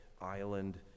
island